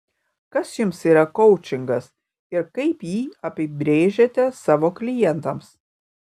kas jums yra koučingas ir kaip jį apibrėžiate savo klientams